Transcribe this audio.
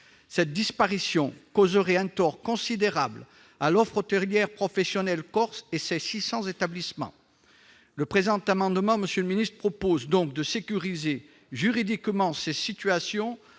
Cette disparition causerait un tort considérable à l'offre hôtelière professionnelle corse et à ses six cents établissements. Le présent amendement a donc pour objet de sécuriser juridiquement ces situations